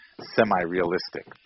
semi-realistic